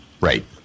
Right